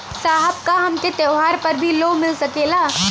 साहब का हमके त्योहार पर भी लों मिल सकेला?